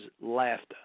laughter